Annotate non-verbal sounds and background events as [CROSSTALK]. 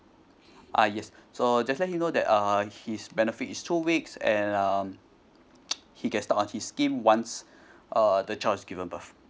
uh yes so just let you know that uh his benefit is two weeks and um [NOISE] he can start on his scheme once uh the child is given birth